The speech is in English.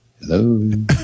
Hello